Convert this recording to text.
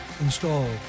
installed